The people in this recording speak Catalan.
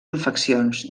infeccions